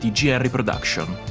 g g henry production